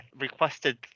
requested